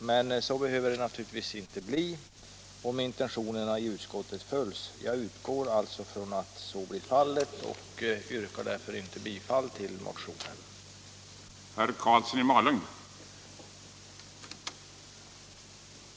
Det behöver naturligtvis inte ske om utskottets intentioner följs. Jag utgår från att så blir fallet och yrkar därför inte bifall till motionen 396.